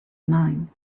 mine